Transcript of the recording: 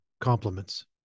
compliments